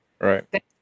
right